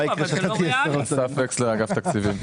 אסף וקסלר, אגף תקציבים.